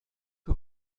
que